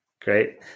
Great